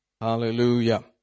Hallelujah